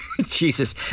Jesus